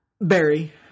Barry